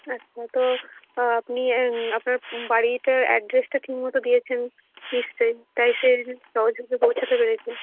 আচ্ছা তো আপনি আপনার বাড়িটার অ্যাড্রেসটা ঠিক মতো দিয়েছেন নিশ্চই তাই সেই সহজে পৌঁছাতে পেরেছে